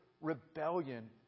rebellion